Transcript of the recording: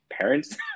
parents